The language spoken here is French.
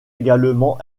également